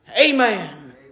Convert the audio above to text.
Amen